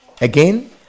again